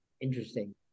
interesting